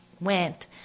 went